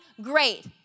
great